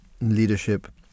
leadership